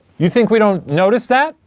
you think we don't notice that,